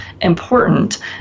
important